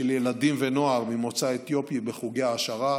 ילדים ונוער ממוצא אתיופי בחוגי העשרה,